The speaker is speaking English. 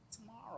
tomorrow